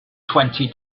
twenty